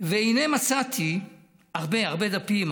והינה מצאתי הרבה הרבה דפים.